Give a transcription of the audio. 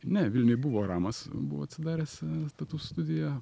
ne vilniuj buvo ramas buvo atsidaręs tatū studija